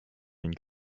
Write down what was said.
and